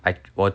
I 我